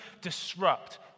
disrupt